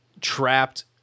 trapped